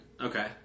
Okay